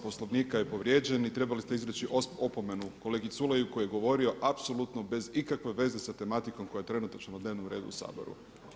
Poslovnika je povrijeđen i trebali ste izreći opomenu kolegi Culeju koji je govorio apsolutno bez ikakve veze sa tematikom koja je trenutačno na dnevnom redu u Saboru.